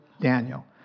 Daniel